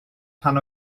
pan